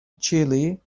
chile